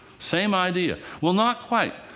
same idea. well, not quite.